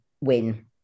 win